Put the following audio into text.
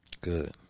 Good